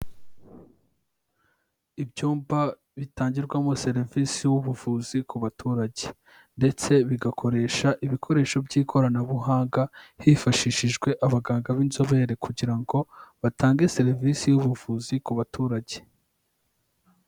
Ibyumba bitangirwamo serivisi z'ubuvuzi ku baturage ndetse bigakoresha ibikoresho by'ikoranabuhanga hifashishijwe abaganga b'inzobere kugira ngo batange serivisi z'ubuvuzi ku baturage.